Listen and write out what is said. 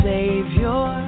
Savior